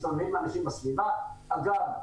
של --- אגב,